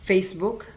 Facebook